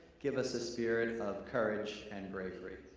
give us the spirit of courage and bravery,